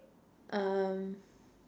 um